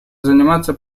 заниматься